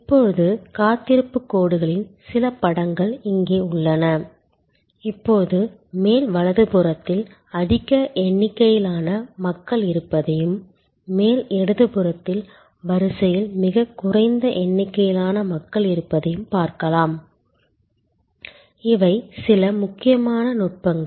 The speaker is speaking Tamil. இப்போது காத்திருப்பு கோடுகளின் சில படங்கள் இங்கே உள்ளன இப்போது மேல் வலதுபுறத்தில் அதிக எண்ணிக்கையிலான மக்கள் இருப்பதையும் மேல் இடதுபுறத்தில் வரிசையில் மிகக் குறைந்த எண்ணிக்கையிலான மக்கள் இருப்பதையும் பார்க்கலாம் இவை சில முக்கியமான நுட்பங்கள்